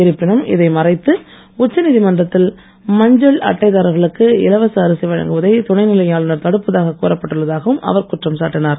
இருப்பினும் இதை மறைத்து உச்சநீதிமன்றத்தில் மஞ்சள் அட்டைத்தாரர்களுக்கு இலவச அரிசி வழங்குவதை துணநிலை ஆளுநர் தடுப்பதாக கூறப்பட்டுள்ளதாகவும் அவர் குற்றம் சாட்டினார்